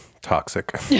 Toxic